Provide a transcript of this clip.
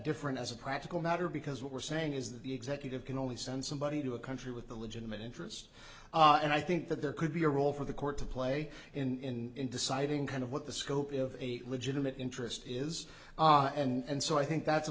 different as a practical matter because what we're saying is that the executive can only send somebody to a country with a legitimate interest and i think that there could be a role for the court to play in deciding kind of what the scope of a legitimate interest is and so i think that's a